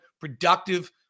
productive